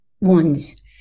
ones